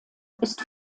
ist